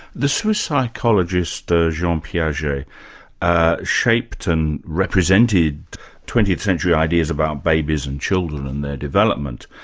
the swiss psychologist ah jean um piaget ah shaped and represented twentieth century ideas about babies and children and their development.